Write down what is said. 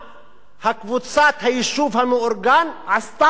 קבוצת היישוב המאורגן עשתה את החוק.